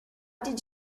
did